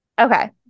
okay